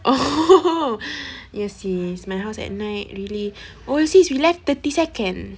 oh yes sis my house at night really oh sis we left thirty second